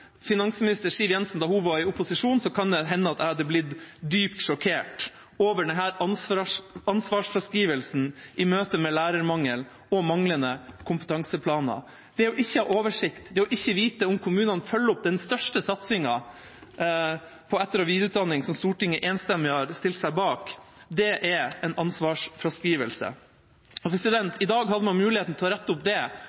vært Siv Jensen da hun var i opposisjon, kan det hende jeg hadde blitt dypt sjokkert over denne ansvarsfraskrivelsen i møte med lærermangel og manglende kompetanseplaner. Det å ikke ha oversikt, det å ikke vite om kommunene følger opp den største satsingen på etter- og videreutdanning som Stortinget enstemmig har stilt seg bak, er en ansvarsfraskrivelse. I dag hadde man hatt muligheten til å rette opp det og